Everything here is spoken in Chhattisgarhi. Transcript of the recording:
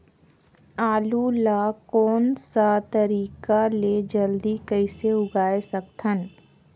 आलू ला कोन सा तरीका ले जल्दी कइसे उगाय सकथन?